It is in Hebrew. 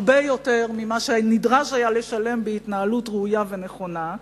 הרבה יותר ממה שנדרש לשלם בהתנהלות ראויה ונכונה,